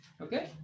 Okay